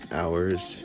hours